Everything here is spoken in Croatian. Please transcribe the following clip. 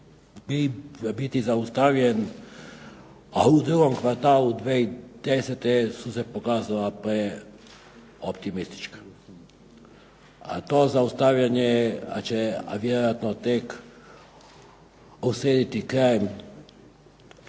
biti zaustavljen u drugom kvartalu 2010. su se pokazala preoptimistična. To zaustavljanje će vjerojatno tek uslijediti krajem